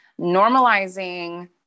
normalizing